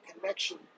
connection